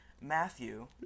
Matthew